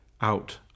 out